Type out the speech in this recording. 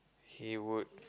he would